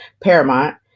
paramount